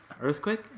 Earthquake